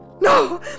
No